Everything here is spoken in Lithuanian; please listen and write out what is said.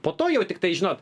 po to jau tiktai žinot